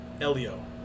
Elio